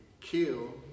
kill